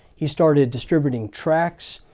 he started distributing tracts,